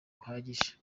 buhagije